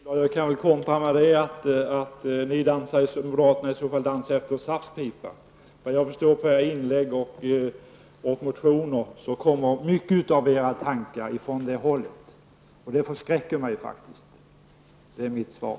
Herr talman! Jag kan väl kontra med, Gullan Lindblad, att moderaterna dansar efter SAFs pipa. Såvitt jag förstår av era inlägg och motioner kommer mycket av era tankar från det hållet, och det förskräcker mig. Det är mitt svar.